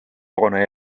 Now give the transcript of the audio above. hoone